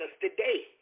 today